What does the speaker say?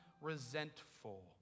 resentful